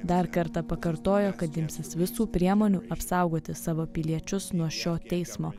dar kartą pakartojo kad imsis visų priemonių apsaugoti savo piliečius nuo šio teismo